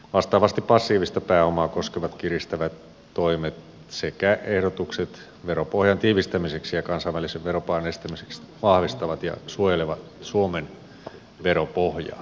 vastaavasti passiivista pääomaa koskevat kiristävät toimet sekä ehdotukset veropohjan tiivistämiseksi ja kansainvälisen veropaon estämiseksi vahvistavat ja suojelevat suomen veropohjaa